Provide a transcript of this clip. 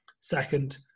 second